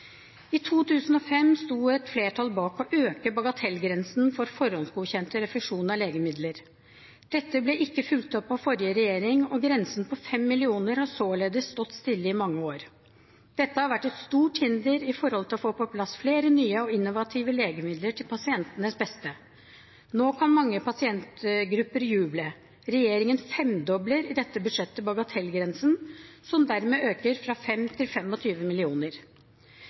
I 2005 sto et flertall bak å øke bagatellgrensen for forhåndsgodkjent refusjon av legemidler. Dette ble ikke fulgt opp av forrige regjering, og grensen på 5 mill. kr har således stått stille i mange år. Dette har vært et stort hinder for å få på plass flere nye og innovative legemidler til pasientenes beste. Nå kan mange pasientgrupper juble. Regjeringen femdobler i dette budsjettet bagatellgrensen, som dermed øker fra 5 mill. kr til